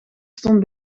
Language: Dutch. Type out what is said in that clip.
stond